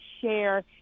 share